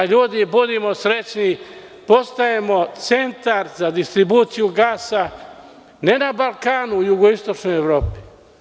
Ljudi, budimo srećni, postajemo centar za distribuciju gasa, ne na Balkanu jugo-istočnoj Evropi.